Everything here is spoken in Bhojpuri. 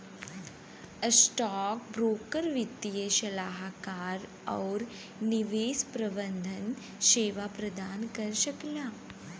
स्टॉकब्रोकर वित्तीय सलाहकार आउर निवेश प्रबंधन सेवा प्रदान कर सकला